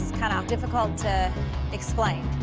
kind of of difficult to explain.